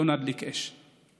לא נדליק אש.